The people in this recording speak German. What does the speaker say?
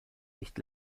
nicht